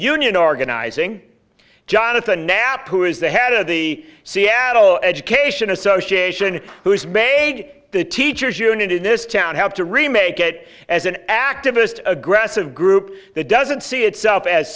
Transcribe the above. union organizing jonathan knapp who is the head of the seattle education association who has made the teachers union in this town have to remake it as an activist aggressive group that doesn't see itself as